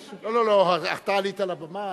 לא, לא, לא, אתה עלית לבימה.